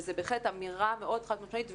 וזו בהחלט אמירה מאוד חד משמעית,